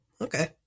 okay